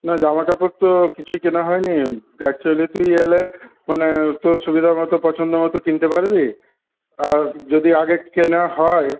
না জামাকাপড় তো কিছুই কেনা হয়নি একচুয়ালি তুই এলে মানে তোর সুবিধা মতো পছন্দ মতো কিনতে পারবি আর যদি আগে কেনা হয়